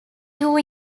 two